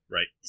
Right